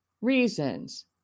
reasons